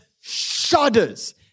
shudders